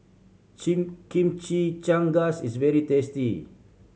chimichangas is very tasty